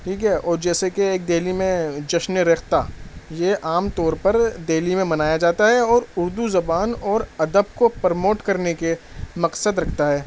ٹھیک ہے اور جیسے کہ ایک دہلی میں جشنِ ریختہ یہ عام طور پر دہلی میں منایا جاتا ہے اور اردو زبان اور ادب کو پرموٹ کرنے کے مقصد رکھتا ہے